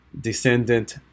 descendant